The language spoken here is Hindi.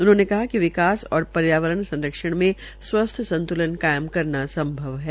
उन्होंने कहा कि विकास और पर्यावरण संरक्षण स्वस्थ संत्रलन कायम करना संभव है